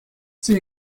sie